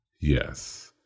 Yes